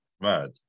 mad